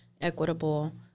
equitable